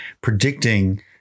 predicting